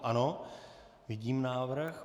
Ano, vidím návrh.